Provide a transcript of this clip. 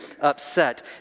upset